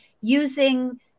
using